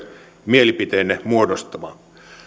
mielipiteenne muodostaa